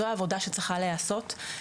זו העבודה שצריכה להיעשות.